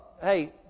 hey